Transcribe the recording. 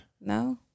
No